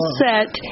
set